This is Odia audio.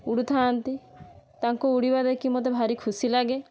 ଉଡ଼ୁଥାନ୍ତି ତାଙ୍କୁ ଉଡ଼ିବା ଦେଖି ମତେ ଭାରି ଖୁସି ଲାଗେ